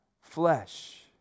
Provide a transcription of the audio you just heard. flesh